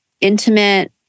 intimate